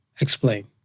Explain